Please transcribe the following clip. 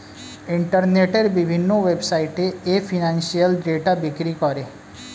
ইন্টারনেটের বিভিন্ন ওয়েবসাইটে এ ফিনান্সিয়াল ডেটা বিক্রি করে